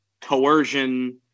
coercion